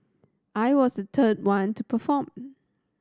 I was the third one to perform